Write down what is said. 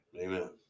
Amen